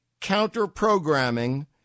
counter-programming